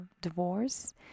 divorce